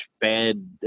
bad